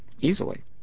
Easily